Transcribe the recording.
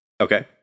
Okay